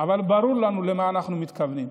אבל ברור לנו למה אנחנו מתכוונים.